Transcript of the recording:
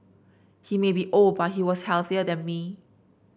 he may be old but he was healthier than me